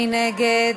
מי נגד?